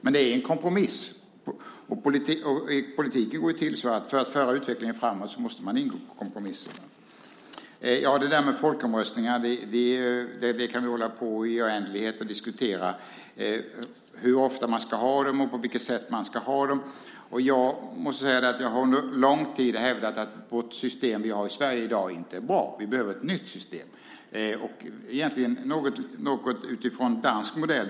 Men det är en kompromiss, och så går politiken till: För att föra en fråga framåt måste man ingå kompromisser. Det där med folkomröstningar kan vi diskutera i oändlighet - hur ofta man ska ha dem, på vilket sätt man ska ha dem och så vidare. Jag har under lång tid hävdat att vårt system i Sverige i dag inte är bra. Vi behöver ett nytt system, gärna efter dansk modell.